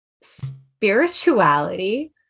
spirituality